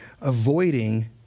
avoiding